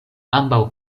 ambaŭ